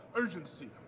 urgency